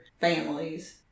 families